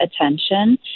attention